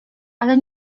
ale